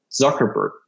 Zuckerberg